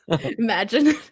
Imagine